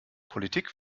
politik